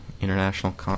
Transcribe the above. international